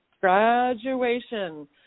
Graduation